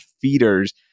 feeders